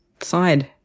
side